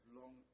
long